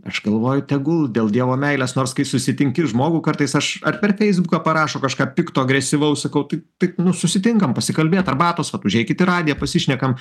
aš galvoju tegul dėl dievo meilės nors kai susitinki žmogų kartais aš ar per feisbuką parašo kažką pikto agresyvaus sakau tai tai nu susitinkam pasikalbėt arbatos vat užeikit į radiją pasišnekam